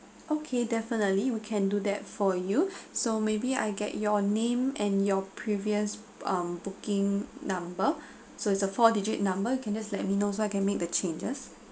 okay definitely we can do that for you so maybe I get your name and your previous um booking number so it's a four digit number can just let me know so I can make the changes